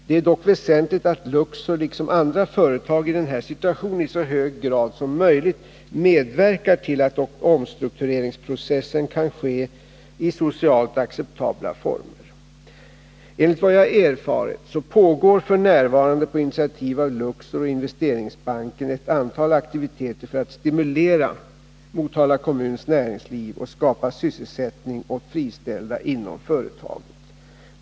Det är dock väsentligt att Luxor liksom andra företag i den här situationen i så hög grad som möjligt medverkar till att omstruktureringsprocessen kan ske i socialt acceptabla former. Enligt vad jag erfarit pågår f. n. på initiativ av Luxor och Investerings 123 banken ett antal aktiviteter för att stimulera Motala kommuns näringsliv och skapa sysselsättning åt friställda inom företaget.